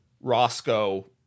Roscoe